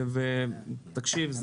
תקשיב,